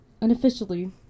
unofficially